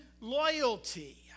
loyalty